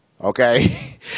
okay